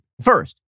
First